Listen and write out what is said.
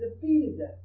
defeated